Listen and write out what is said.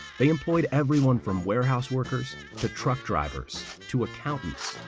they employed everyone from warehouse workers to truck drivers to accountants.